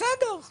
בסדר.